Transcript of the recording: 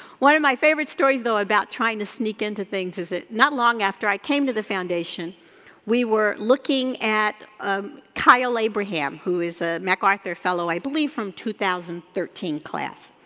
one of my favorite stories, though, about trying to sneak into things is not long after i came to the foundation we were looking at ah kyle abraham, who is a macarthur fellow, i believe from two thousand and thirteen class,